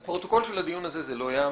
בפרוטוקול של הדיון הזה זה לא יאמר.